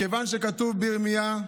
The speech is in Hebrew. מכיוון שכתוב בירמיה: